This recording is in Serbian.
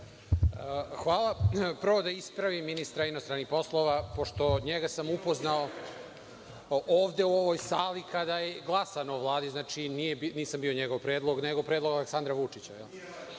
vam. Prvo da ispravim ministra inostranih poslova, pošto njega sam upoznao ovde u ovoj sali kada je glasano o Vladi, znači, nisam bio njegov predlog nego predlog Aleksandra Vučića,